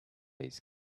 these